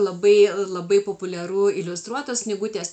labai labai populiaru iliustruotos knygutės